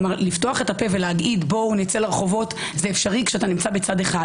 לומר: בואו נצא לרחובות - זה אפשרי כשאתה נמצא בצד אחד,